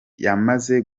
yamaze